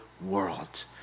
world